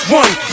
one